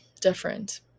different